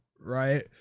right